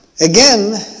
Again